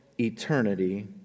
eternity